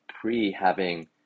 pre-having